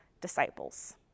disciples